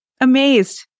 amazed